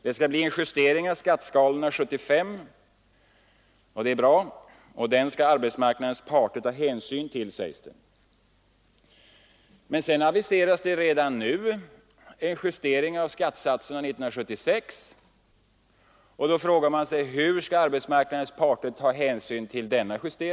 Det skall bli en justering av skatteskalorna 1975 — det är bra — och den skall arbetsmarknadens parter ta hänsyn till, sägs det. Men sedan aviseras redan nu en justering av skattesatserna 1976. Hur skall arbetsmarknadens parter ta hänsyn till denna?